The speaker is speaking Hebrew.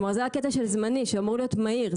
זה הקטע של זמני: שהוא אמור להיות מהיר.